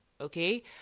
Okay